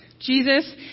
Jesus